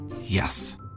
Yes